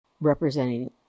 representing